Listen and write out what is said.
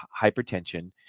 hypertension